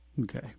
Okay